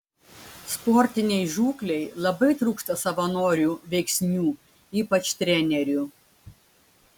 sportinei žūklei labai trūksta savanorių veiksnių ypač trenerių